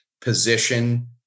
position